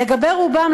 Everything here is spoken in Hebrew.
לגבי רובם,